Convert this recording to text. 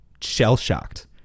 shell-shocked